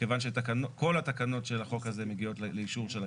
כיוון שכל התקנות של החוק הזה מגיעות לאישור של הכנסת,